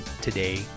today